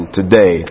today